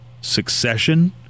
Succession